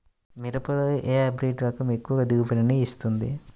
మిరపలో ఏ హైబ్రిడ్ రకం ఎక్కువ దిగుబడిని ఇస్తుంది?